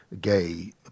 gay